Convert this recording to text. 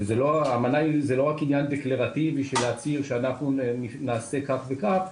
זה לא רק עניין דקלרטיבי של להצהיר שאנחנו נעשה כך וכך,